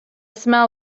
smell